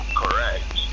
correct